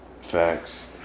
Facts